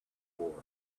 ore